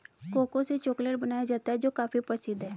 cocoa से chocolate बनाया जाता है जो काफी प्रसिद्ध है